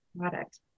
product